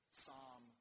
psalm